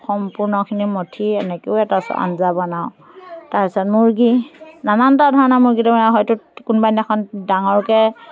সম্পূৰ্ণখিনি মথি এনেকৈও এটা আঞ্জা বনাওঁ তাৰপিছত মুৰ্গী নানানটা ধৰণৰ মুৰ্গী তাৰমানে হয়তো কোনোবা দিনাখন ডাঙৰকৈ